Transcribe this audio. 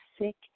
sick